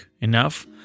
enough